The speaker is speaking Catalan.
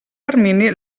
termini